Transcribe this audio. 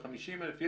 50 אלף?